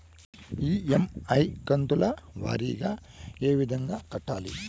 EMI కంతుల వారీగా ఏ విధంగా కట్టాలి